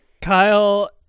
Kyle